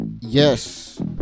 Yes